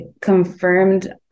confirmed